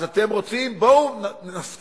אז אתם רוצים, בואו נסכים